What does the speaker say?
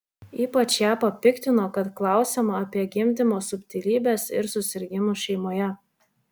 ypač ją papiktino kad klausiama apie gimdymo subtilybes ir susirgimus šeimoje